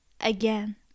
again